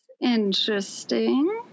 Interesting